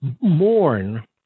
mourn